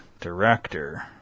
director